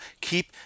keep